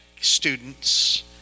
students